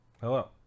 Hello